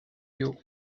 you